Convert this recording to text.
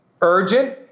Urgent